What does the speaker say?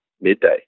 midday